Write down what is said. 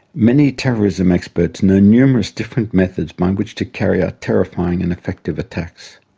many terrorism experts know numerous different methods by which to carry out terrifying and effective attacks.